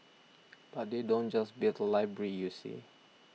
but they don't just build a library you see